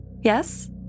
Yes